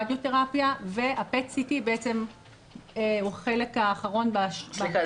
רדיו תרפיה וה- PET-CTבעצם הוא החלק האחרון ב- -- סליחה,